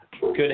Good